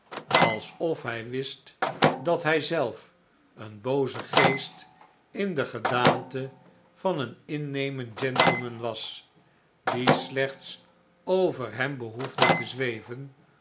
alsof hij wist dat hij zelf een booze geest in de gedaante van een innemend gentleman was die slechts over hem behoefde te zweven